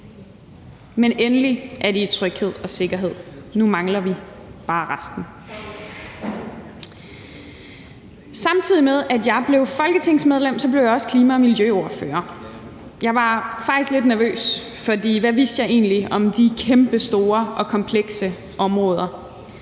men endelig er de i tryghed og sikkerhed. Nu mangler vi bare resten. Samtidig med at jeg blev folketingsmedlem, blev jeg også klima- og miljøordfører, og jeg var faktisk lidt nervøs, for hvad vidste jeg egentlig om de kæmpestore og komplekse områder?